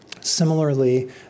Similarly